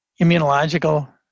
immunological